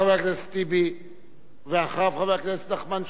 חבר הכנסת טיבי, ואחריו, חבר הכנסת נחמן שי,